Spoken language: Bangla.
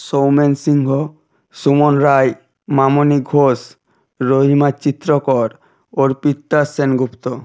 সৌমেন সিংহ সুমন রাই মামনি ঘোষ রোহিমা চিত্রকর অর্পিত্তা সেনগুপ্ত